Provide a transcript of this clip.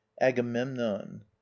agamemnon